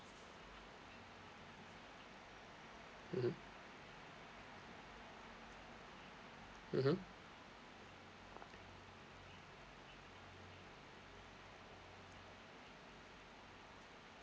mmhmm mmhmm